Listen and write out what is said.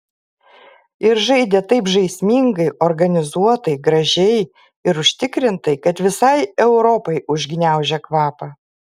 ir žaidė taip žaismingai organizuotai gražiai ir užtikrintai kad visai europai užgniaužė kvapą